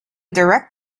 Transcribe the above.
direct